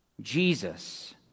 Jesus